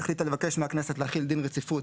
החליטה לבקש מהכנסת להחיל דין רציפות